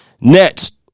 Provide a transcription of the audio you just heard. Next